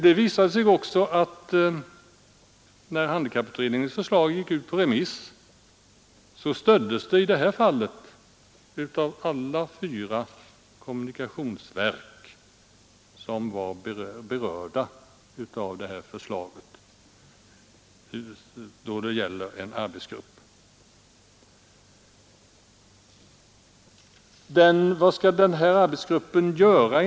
Det visade sig också att när handikapputredningens slag gick ut på remiss, stöddes det i detta avseende, som gällde en arbetsgrupp, av alla de fyra kommunikationsverk som var berörda.